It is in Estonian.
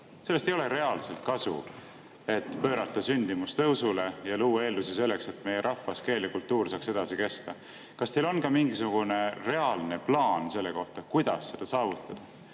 Sellest ei ole reaalselt kasu, et pöörata sündimus tõusule ja luua eeldusi selleks, et meie rahvas, keel ja kultuur saaks edasi kesta. Kas teil on ka mingisugune reaalne plaan selle kohta, kuidas seda saavutada?